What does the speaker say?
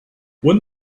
when